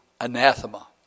anathema